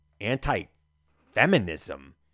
anti-feminism